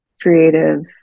creative